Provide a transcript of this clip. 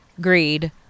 greed